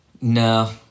No